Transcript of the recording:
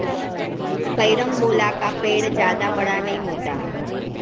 carambola का पेड़ जादा बड़ा नहीं होता